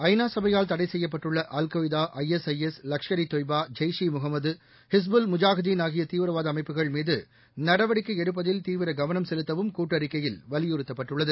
ஐநா சபையால் தடை செய்யப்பட்டுள்ள அல்கொய்தா ஐஎஸ்ஐஎஸ் லஷ்கர் இ தொய்பா ஜெய்ஸ் இ முகமது ஹிஸ்புல் முஜாஹிதீன் ஆகிய தீவிரவாத அமைப்புகள் மீது நடவடிக்கை எடுப்பதில் தீவிர கவனம் செலுத்தவும் கூட்டறிக்கையில் வலியுறுத்தப்பட்டுள்ளது